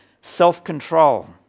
self-control